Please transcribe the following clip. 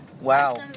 Wow